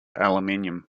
aluminum